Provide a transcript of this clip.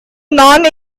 non